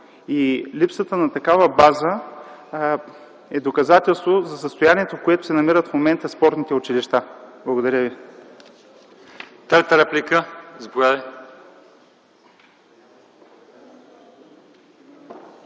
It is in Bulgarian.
Липсата на такава база е доказателство за състоянието, в което се намират в момента спортните училища. Благодаря ви. ПРЕДСЕДАТЕЛ